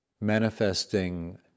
manifesting